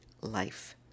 Life